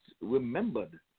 remembered